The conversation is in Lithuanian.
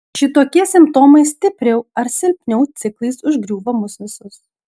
šitokie simptomai stipriau ar silpniau ciklais užgriūva mus visus